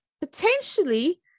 potentially